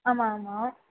ஆமாம் ஆமாம்